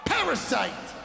Parasite